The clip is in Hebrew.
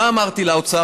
מה אמרתי לאוצר?